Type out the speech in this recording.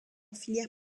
filière